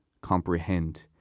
comprehend